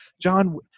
John